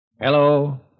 Hello